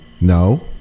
No